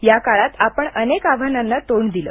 या काळात आपण अनेक आव्हानांना तोंड दिले